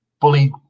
bully